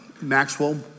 Maxwell